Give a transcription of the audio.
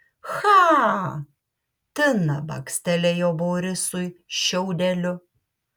cha tina bakstelėjo borisui šiaudeliu